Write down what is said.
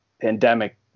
pandemic